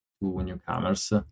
newcomers